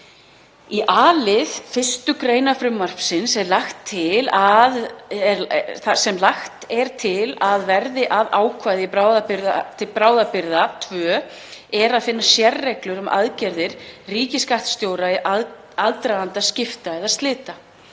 Í a-lið 1. gr. frumvarpsins, sem lagt er til að verði að ákvæði til bráðabirgða II, er að finna sérreglur um aðgerðir ríkisskattstjóra í aðdraganda skipta eða slita.